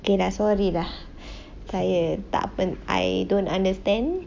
okay lah sorry lah saya takpe I don't understand